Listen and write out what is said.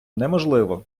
неможливо